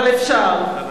אבל אפשר.